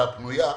הפנויה,